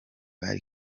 ubald